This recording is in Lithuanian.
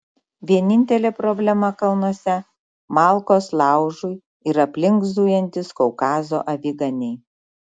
vienintelė problema kalnuose malkos laužui ir aplink zujantys kaukazo aviganiai